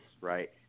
Right